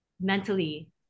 mentally